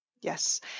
Yes